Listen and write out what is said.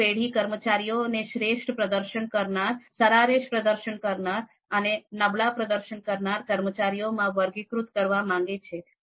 એક પેઢી કર્મચારીઓ ને શ્રેષ્ઠ પ્રદર્શન કરનાર સરેરાશ પ્રદર્શન કરનાર અને નબળા પ્રદર્શન કરનારા કર્મચારીઓ માં વર્ગીકૃત કરવા માંગે છે